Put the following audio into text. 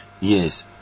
Yes